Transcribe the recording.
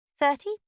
Thirty